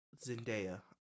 Zendaya